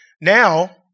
Now